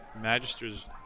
Magister's